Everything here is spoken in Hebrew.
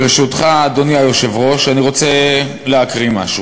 ברשותך, אדוני היושב-ראש, אני רוצה להקריא משהו: